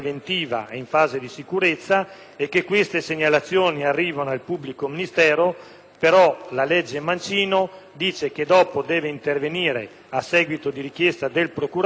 dice che dopo deve intervenire, a seguito di richiesta del procuratore, il tribunale, anche in sede cautelare, in tempi molto rapidi per disporre la sospensione.